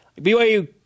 BYU